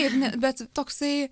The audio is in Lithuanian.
ir ne bet toksai